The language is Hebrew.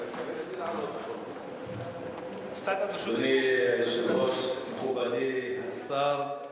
אדוני היושב-ראש, מכובדי השר,